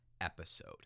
episode